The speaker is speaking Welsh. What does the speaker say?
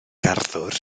garddwr